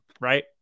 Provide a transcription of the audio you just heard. right